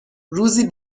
روزی